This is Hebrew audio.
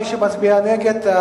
מי שמצביע נגד,